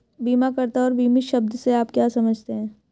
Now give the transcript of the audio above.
बीमाकर्ता और बीमित शब्द से आप क्या समझते हैं?